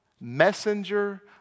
messenger